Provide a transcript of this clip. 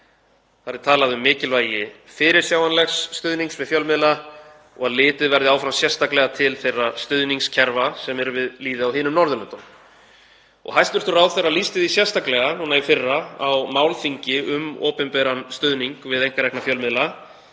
Þar er talað um mikilvægi fyrirsjáanlegs stuðnings við fjölmiðla og að litið verði áfram sérstaklega til þeirra stuðningskerfa sem eru við lýði á hinum Norðurlöndunum. Hæstv. ráðherra lýsti því sérstaklega í fyrra á málþingi um opinberan stuðning við einkarekna fjölmiðla